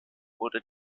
wurde